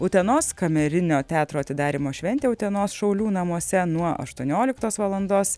utenos kamerinio teatro atidarymo šventė utenos šaulių namuose nuo aštuonioliktos valandos